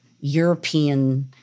European